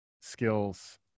skills